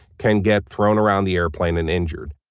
can get thrown around the airplane and injured.